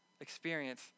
experience